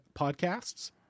podcasts